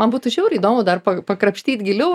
man būtų žiauriai įdomu dar pa pakrapštyt giliau